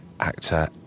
actor